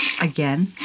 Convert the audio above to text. again